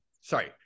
Sorry